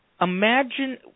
Imagine